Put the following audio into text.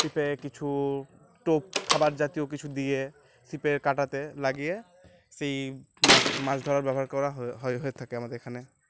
ছিপে কিছু টোপ খাবার জাতীয় কিছু দিয়ে ছিপের কাঁটাতে লাগিয়ে সেই মাছ মাছ ধরার ব্যবহার করা হয়ে হয়ে হয়ে থাকে আমাদের এখানে